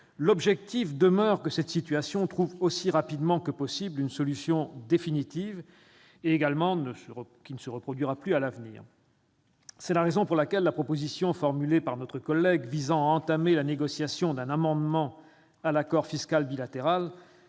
l'objectif demeure que cette situation trouve aussi rapidement que possible une solution définitive et ne se reproduise plus à l'avenir. C'est la raison pour laquelle la proposition formulée par notre collègue visant à entamer la négociation d'un amendement à l'accord fiscal bilatéral